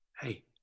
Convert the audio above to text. Hey